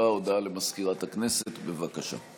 הודעה למזכירת הכנסת, בבקשה.